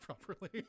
properly